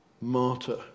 martyr